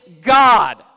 God